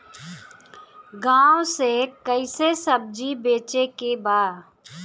गांव से कैसे सब्जी बेचे के बा?